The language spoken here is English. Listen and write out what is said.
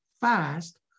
fast